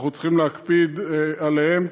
אנחנו צריכים להקפיד עליהם,